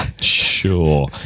Sure